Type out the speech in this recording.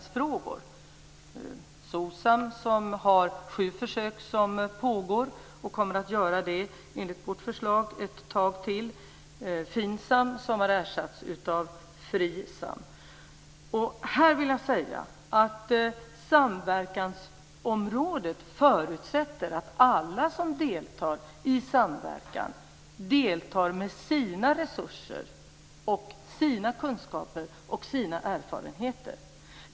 SOCSAM har sju försök som pågår, och enligt vårt förslag kommer de att pågå ett tag till. FINSAM har ersatts av FRISAM. Samverkansområdet förutsätter att alla som deltar i samverkan gör det med sina resurser, sina kunskaper och sina erfarenheter.